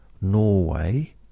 Norway